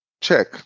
check